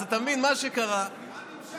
אז אתה מבין, מה שקרה, מה הנמשל?